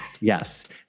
Yes